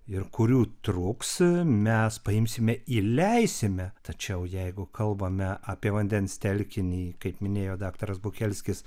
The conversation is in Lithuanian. ir kurių trūks mes paimsime įleisime tačiau jeigu kalbame apie vandens telkinį kaip minėjo daktaras bukelskis